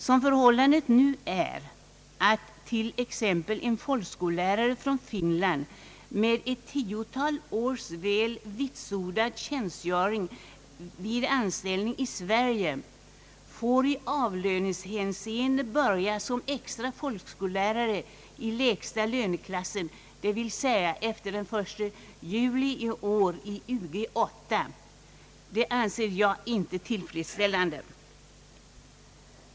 Som förhållandet nu är att t.ex. en folkskollärare från Finland med ett tiotal års väl vitsordad anställning vid an ställning i Sverige får i lönehänseende börja som extra folkskollärare i lägsta löneklassen, dvs. efter den 1 juli i år i Ug 8. Det anser jag inte tillfredsställande.